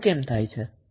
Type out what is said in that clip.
આવું કેમ થાય છે